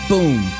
Boom